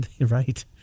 Right